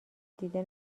دیده